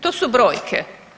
To su brojke.